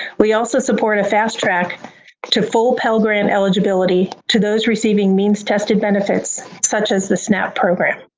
we also support a fast track to full pell grant eligibility to those receiving means tested benefits such as the snap program.